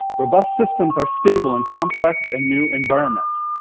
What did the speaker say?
robust systems are stable in complex and new environments.